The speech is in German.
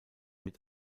mit